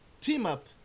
team-up